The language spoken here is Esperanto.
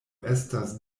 estas